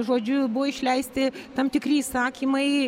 žodžiu buvo išleisti tam tikri įsakymai